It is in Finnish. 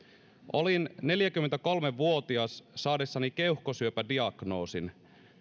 olin neljäkymmentäkolme vuotias saadessani keuhkosyöpädiagnoosin